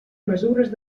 mesures